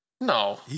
No